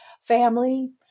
family